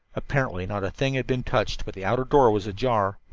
apparently not a thing had been touched, but the outer door was ajar.